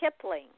Kipling